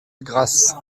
grasse